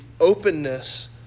openness